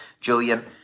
Julian